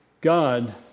God